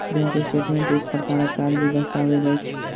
bank statement एक प्रकारक कागजी दस्तावेज अछि